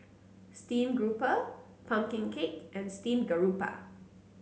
stream grouper pumpkin cake and Steamed Garoupa